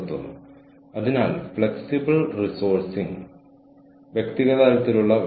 പക്ഷേ അങ്ങനെ സംഭവിച്ചാൽ ഞാൻ അത്ഭുതപ്പെടാനില്ല